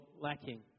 lacking